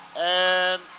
and